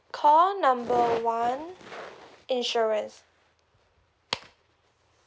call number one insurance